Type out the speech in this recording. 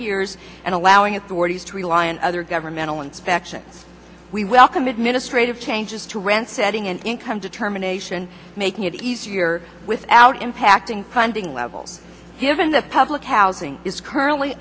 years and allowing authorities to rely and other governmental inspection we welcome administrative changes to rent setting and income determination making it easier without impacting funding levels given the public housing is currently